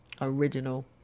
original